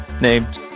named